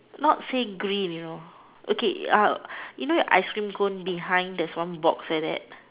not say green you know okay uh you know ice cream cone behind there's like one box like that